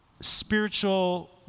spiritual